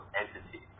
entity